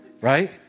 Right